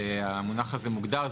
המונח הזה מוגדר,